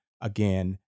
Again